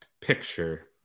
picture